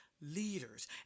leaders